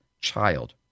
child